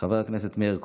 חבר הכנסת מאיר כהן,